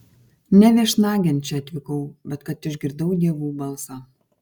ne viešnagėn čia atvykau bet kad išgirdau dievų balsą